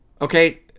Okay